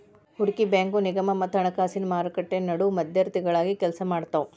ಹೂಡಕಿ ಬ್ಯಾಂಕು ನಿಗಮ ಮತ್ತ ಹಣಕಾಸಿನ್ ಮಾರುಕಟ್ಟಿ ನಡು ಮಧ್ಯವರ್ತಿಗಳಾಗಿ ಕೆಲ್ಸಾಮಾಡ್ತಾವ